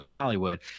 hollywood